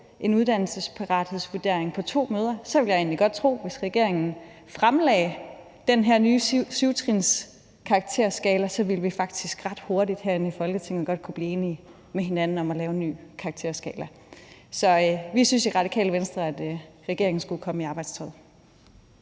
en uddannelsesparathedsvurdering på to møder, vil jeg egentlig godt tro, hvis regeringen fremlagde den her nye 7-trinskarakterskala, at vi faktisk ret hurtigt herinde i Folketinget godt kunne blive enige med hinanden om at lave en ny karakterskala. Så vi synes i Radikale Venstre, at regeringen skulle komme i arbejdstøjet.